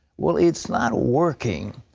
well, it's not working.